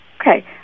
Okay